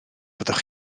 fyddwch